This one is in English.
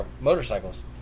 motorcycles